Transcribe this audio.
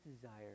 desire